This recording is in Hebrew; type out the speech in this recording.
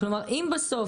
אם בסוף,